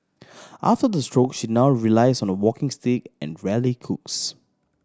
after the stroke she now relies on a walking stick and rarely cooks